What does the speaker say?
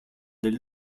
del